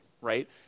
right